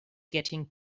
getting